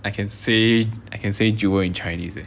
I can say I can say jewel in chinese eh